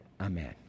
Amen